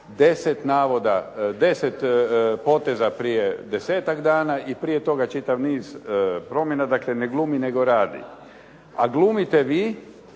deset poteza prije desetak dana i prije toga čitav niz promjena. Dakle, ne glumi nego radi. A glumite vi